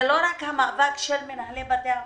זה לא רק המאבק של מנהלי בתי החולים,